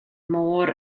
môr